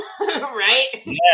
right